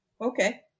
Okay